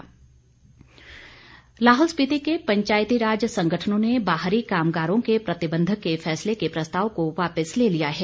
प्रस्ताव लाहौल स्पीति के पंचायती राज संगठनों ने बाहरी कामगारों के प्रतिबंध के फैसले के प्रस्ताव को वापस ले लिया है